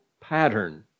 pattern